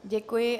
Děkuji.